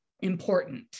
important